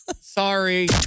Sorry